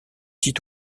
dit